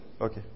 Okay